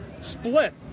Split